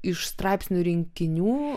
iš straipsnių rinkinių